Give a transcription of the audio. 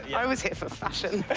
yeah i was here for fashion!